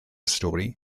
stori